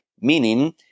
meaning